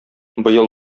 быел